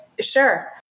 sure